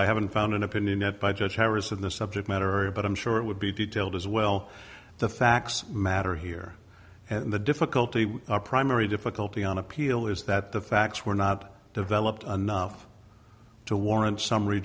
i haven't found an opinion that by judge harris of the subject matter or but i'm sure it would be detailed as well the facts matter here and the difficulty with our primary difficulty on appeal is that the facts were not developed enough to warrant summary